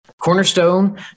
Cornerstone